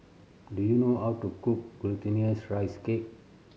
do you know how to cook Glutinous Rice Cake